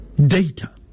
Data